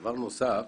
דבר נוסף,